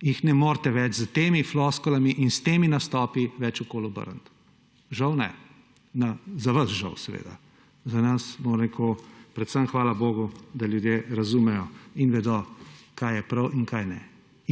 jih ne morete več s temi floskulami in s temi nastopi več okoli obrniti. Žal ne. Za vas žal, seveda, za nas predvsem hvala bogu, da ljudje razumejo in vedo, kaj je prav in kaj ne.